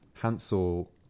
Hansel